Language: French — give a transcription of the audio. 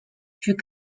fut